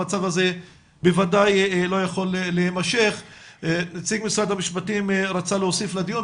המצב הזה בוודאי לא יכול להמשך נציג משרד המשפטים רצה להוסיף לדיון,